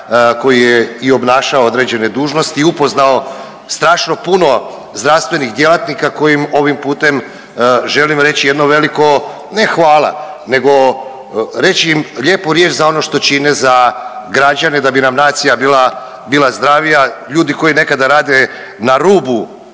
koji je i obnašao određene dužnosti i upoznao strašno puno zdravstvenih djelatnika kojim ovim putem želim reći jedno veliko ne hvala nego reći im lijepu riječ za ono što čine za građane da bi nam nacija bila, bila zdravija, ljudi koji nekada rade na rubu